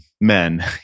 men